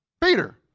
Peter